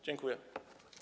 Dziękuję.